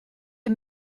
een